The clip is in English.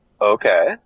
Okay